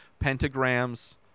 pentagrams